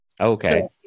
Okay